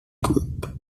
group